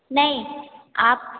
नहीं आप